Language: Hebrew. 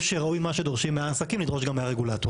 שראוי שמה שדורשים מהעסקים לדרוש גם מהרגולטור.